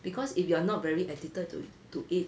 because if you are not very addicted to to it